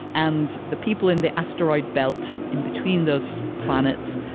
and the people in the asteroid belt in between those planets,